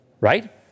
right